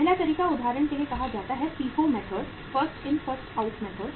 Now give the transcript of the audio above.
पहला तरीका उदाहरण के लिए कहा जाता है FIFO method first in first out method